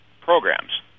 programs